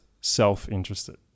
self-interested